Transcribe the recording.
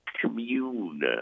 commune